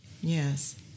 Yes